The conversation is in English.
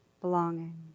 belonging